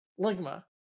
Ligma